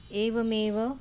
एवमेव